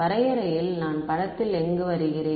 வரையறையில் நான் படத்தில் எங்கு வருகிறேன்